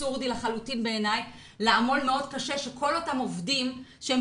אבסורדי לחלוטין בעיני לעמול מאוד קשה כאשר כל אותם עובדים שהם